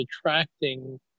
attracting